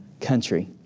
country